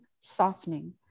softening